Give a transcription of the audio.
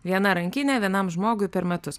viena rankinė vienam žmogui per metus